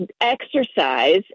exercise